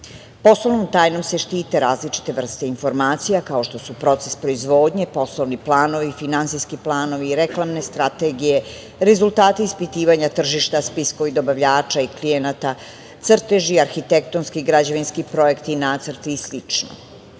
Poslovnom tajnom se štite različite vrste informacija, kao što su proces proizvodnje, poslovni planovi, finansijski planovi i reklamne strategije, rezultati ispitivanja tržišta, spiskovi dobavljača i klijenata, crteži, arhitektonski i građevinski projekti i nacrti i